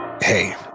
Hey